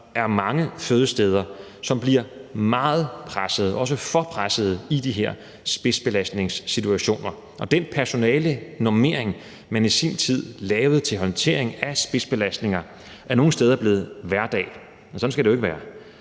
er mange fødesteder, som bliver meget pressede, også for pressede i de her spidsbelastningssituationer. Og den personalenormering, man i sin tid lavede til håndtering af spidsbelastninger, er nogle steder blevet hverdag, og sådan skal det jo ikke være.